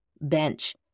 bench